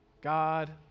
God